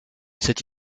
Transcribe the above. cette